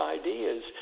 ideas